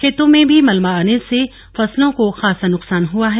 खेतों में भी मलबा आने से फसलों को खासा नुकसान हुआ है